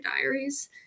diaries